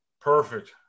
Perfect